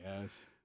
yes